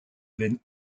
veine